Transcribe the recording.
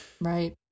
Right